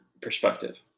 perspective